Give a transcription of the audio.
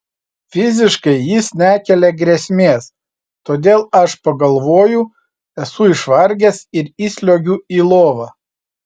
fiziškai jis nekelia grėsmės todėl aš pagalvoju esu išvargęs ir įsliuogiu į lovą